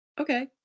Okay